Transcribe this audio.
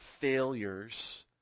failures